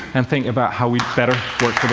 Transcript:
and think about how we better work